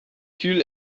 kühl